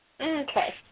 Okay